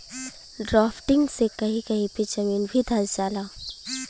drafting से कही कही पे जमीन भी धंस जाला